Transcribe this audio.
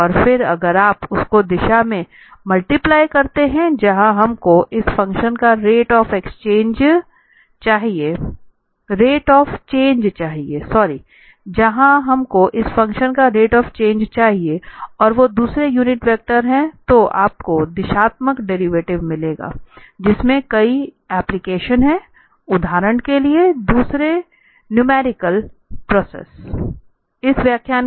और फिर अगर आप उसको दिशा से मल्टीप्लाई करते हैं जहाँ हमको इस फंक्शन का रेट ऑफ़ चेंज चाहिए और वो यूनिट वेक्टर हैं तो आपको दिशात्मक डेरीवेटिव मिलेगा जिसमें कई एप्लीकेशन हैं उदाहरण के लिए दूसरे न्यूमेरिकल प्रोसेस